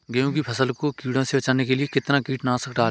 गेहूँ की फसल को कीड़ों से बचाने के लिए कितना कीटनाशक डालें?